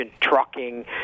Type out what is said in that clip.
trucking